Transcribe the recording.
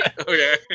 Okay